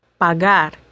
pagar